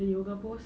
the yoga pose